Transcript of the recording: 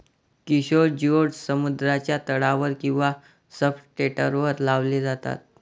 किशोर जिओड्स समुद्राच्या तळावर किंवा सब्सट्रेटवर लावले जातात